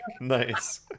nice